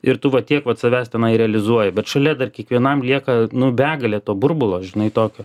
ir tu va tiek vat savęs tenai realizuoji bet šalia dar kiekvienam lieka nu begalė to burbulo žinai tokio